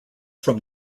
from